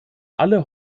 alle